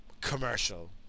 Commercial